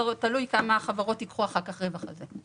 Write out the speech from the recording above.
תלוי כמה החברות ייקחו אחר כך רווח על זה.